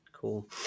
Cool